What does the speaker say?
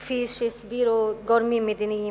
כפי שהסבירו גורמים מדיניים.